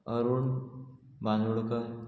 Arun Bandodkar